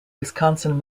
wisconsin